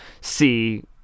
see